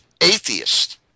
atheist